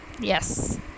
Yes